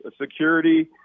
security